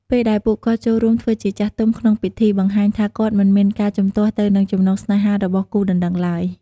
ពេលដែលពួកគាត់ចូលរួមធ្វើជាចាស់ទុំក្នុងពិធី បង្ហាញថាគាត់មិនមានការជំទាស់ទៅនឹងចំណងស្នេហារបស់គូដណ្ដឹងឡើយ។